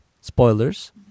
Spoilers